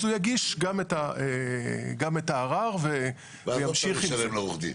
אז הוא יגיש גם את הערר --- ואז צריך לשלם לעורך הדין.